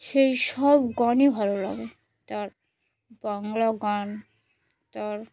সেই সব গানই ভালো লাগে তার বাংলা গান তার